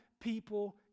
people